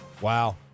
Wow